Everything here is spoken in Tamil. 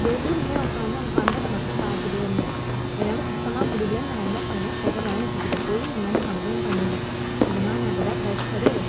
வெறுமனே உட்கார்ந்து அவங்க பண்ணுறத மட்டும் பார்த்துட்டே இருந்தேன் என்னால் சுத்தமாக முடியலைன்னு நான் என்ன பண்ணேன் ஸ்ட்ரெயிட்டாக மேனேஜர் கிட்ட போய் இது மாதிரி நான் கம்ப்ளைன்ட் பண்ணிவிட்டேன் இது மாதிரி நான் இப்போது தான் ஃபிரஷ்ஷரு